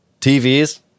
TVs